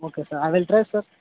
okay sir I will try sir